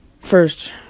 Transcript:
first